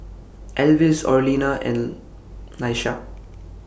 Alvis Orlena and Laisha